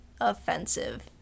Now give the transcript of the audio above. offensive